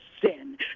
sin